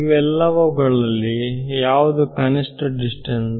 ಇವೆಲ್ಲವುಗಳಲ್ಲಿ ಯಾವುದು ಕನಿಷ್ಠ ಡಿಸ್ಟೆನ್ಸ್